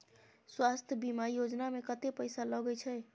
स्वास्थ बीमा योजना में कत्ते पैसा लगय छै?